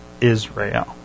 Israel